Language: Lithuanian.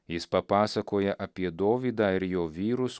jis papasakoja apie dovydą ir jo vyrus